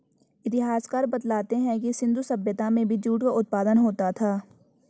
इतिहासकार बतलाते हैं कि सिन्धु सभ्यता में भी जूट का उत्पादन होता था